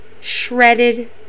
shredded